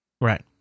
Right